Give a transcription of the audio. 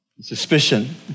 suspicion